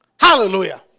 Hallelujah